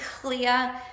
clear